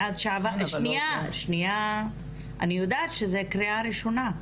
אני יודעת שזאת קריאה ראשונה,